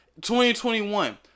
2021